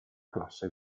classe